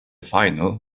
final